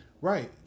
Right